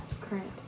current